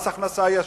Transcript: מס הכנסה ישיר,